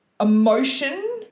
emotion